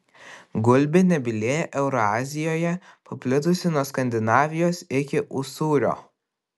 gulbė nebylė eurazijoje paplitusi nuo skandinavijos iki usūrio